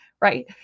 right